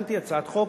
הכנתי הצעת חוק,